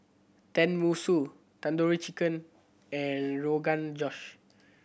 Tenmusu Tandoori Chicken and Rogan Josh